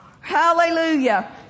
Hallelujah